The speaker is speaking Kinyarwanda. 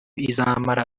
izamara